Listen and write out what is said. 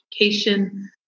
education